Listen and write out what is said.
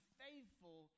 faithful